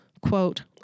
quote